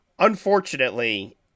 Unfortunately